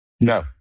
No